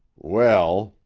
well,